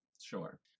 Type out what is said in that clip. Sure